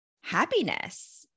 happiness